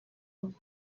vous